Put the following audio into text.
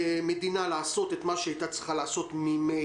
המדינה לעשות את מה שהיא הייתה צריכה לעשות ממילא,